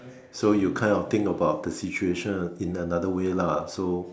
so you kind of think about the situation in another way lah so